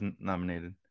nominated